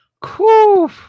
cool